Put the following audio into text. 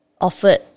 offered